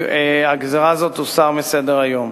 הגזירה תוסר מסדר-היום.